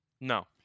no